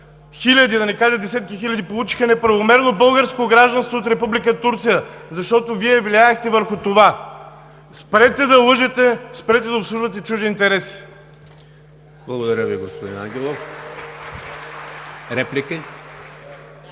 хиляди, да не кажа, десетки хиляди получиха неправомерно българско гражданство от Република Турция, защото Вие влияехте върху това. Спрете да лъжете, спрете да обслужвате чужди интереси! (Ръкопляскания от ОП.)